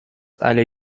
alle